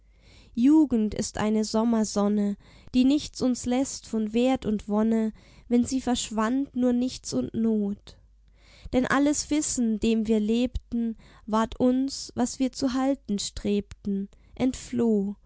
jugend ist eine sommersonne die nichts uns läßt von wert und wonne wenn sie verschwand nur nichts und not denn alles wissen dem wir lebten ward uns was wir zu halten strebten entfloh